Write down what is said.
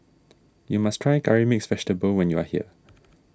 you must try Curry Mixed Vegetable when you are here